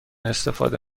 استفاده